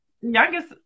Youngest